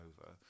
over